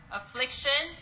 affliction